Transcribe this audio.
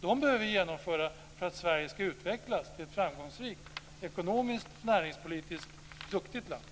Vi behöver genomföra dem för att Sverige ska utvecklas till ett framgångsrikt och ett ekonomiskt och näringspolitiskt duktigt land.